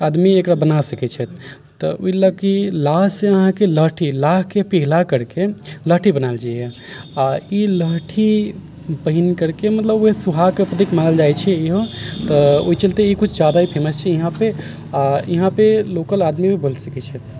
आदमी एकरा बना सकैत छथि तऽ ई लए की लाह से अहाँकेँ लहठी लाहके पिघला करके लहठी बनायल जाइया आ ई लहठी पहीन करके मतलब ओएह सुहागके प्रतीक मानल जाइत छै इहो तऽ ओहि चलते ई किछु जादा ही फेमस छै यहाँ पे आ इहाँ पे लोकल आदमी भी सकैत छै